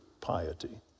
piety